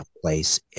place